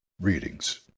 readings